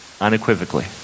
unequivocally